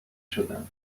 شدم